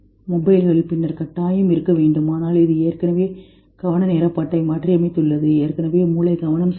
மொபைல்கள் பின்னர் கட்டாயம் இருக்க வேண்டும் ஆனால் இது ஏற்கனவே கவனத்தை மாற்றியமைத்துள்ளது ஏற்கனவே மூளை போன்ற பாட்டில் கவனம் செலுத்துகிறது